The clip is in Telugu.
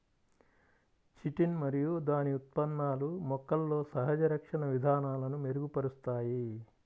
చిటిన్ మరియు దాని ఉత్పన్నాలు మొక్కలలో సహజ రక్షణ విధానాలను మెరుగుపరుస్తాయి